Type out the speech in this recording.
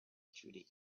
through